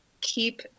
keep